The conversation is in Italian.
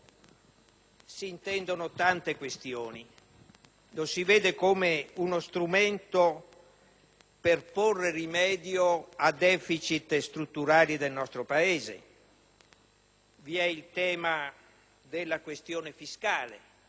si intendono tante questioni. Esso viene considerato come uno strumento per porre rimedio a deficit strutturali del nostro Paese. Vi è il tema della questione fiscale,